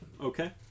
Okay